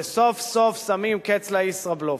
וסוף-סוף שמים קץ לישראבלוף,